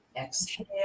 Exhale